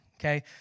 okay